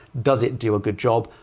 does it do a good job?